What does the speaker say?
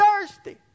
thirsty